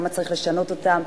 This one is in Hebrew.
כמה צריך לשנות אותם.